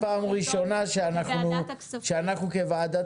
זו פעם ראשונה שאני שומע שאנחנו כוועדת